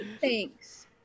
thanks